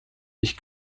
ich